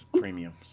premiums